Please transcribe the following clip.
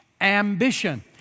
ambition